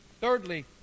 Thirdly